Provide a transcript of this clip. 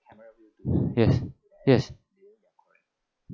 yes yes